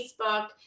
Facebook